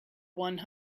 one